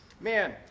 man